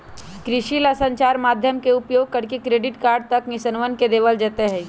कृषि ला संचार माध्यम के उपयोग करके क्रेडिट कार्ड तक किसनवन के देवल जयते हई